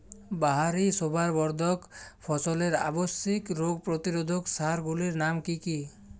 বাহারী শোভাবর্ধক ফসলের আবশ্যিক রোগ প্রতিরোধক সার গুলির নাম কি কি?